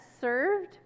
served